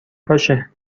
باشه